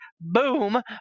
boom